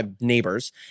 neighbors